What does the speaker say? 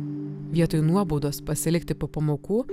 vietoj nuobaudos pasilikti po pamokų